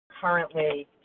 currently